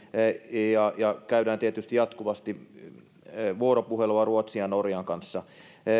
ja ja käydään tietysti jatkuvasti vuoropuhelua ruotsin ja norjan kanssa